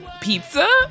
pizza